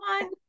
one